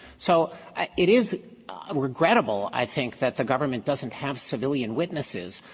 so it is regrettable, i think, that the government doesn't have civilian witnesses,